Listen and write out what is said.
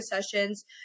sessions